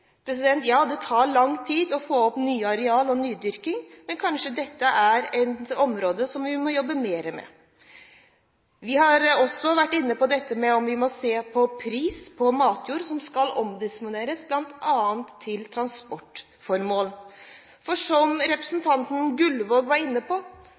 Det tar lang tid å få fram nye areal for nydyrking. Kanskje er dette et område som vi må jobbe mer med. Vi har også vært inne på om vi må se på prisen på matjord som skal omdisponeres til bl.a. transportformål. Som representanten Gullvåg var inne på,